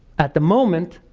at the moment,